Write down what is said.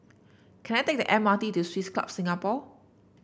can I take the M R T to Swiss Club Singapore